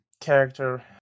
character